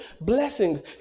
blessings